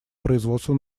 производству